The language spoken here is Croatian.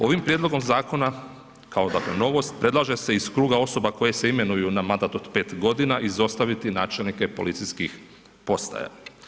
Ovim prijedlogom zakona kao dakle novost, predlaže se iz kruga osoba koje se imenuju na mandat od 5 godina izostaviti načelnike policijskih postaja.